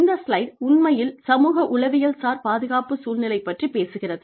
இந்த ஸ்லைடு உண்மையில் சமூக உளவியல்சார் பாதுகாப்பு சூழ்நிலை பற்றிப் பேசுகிறது